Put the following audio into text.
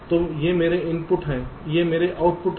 तो ये मेरे इनपुट हैं ये मेरे आउटपुट हैं